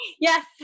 Yes